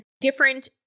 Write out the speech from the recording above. different